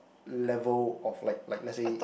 level of like like let's say